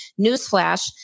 newsflash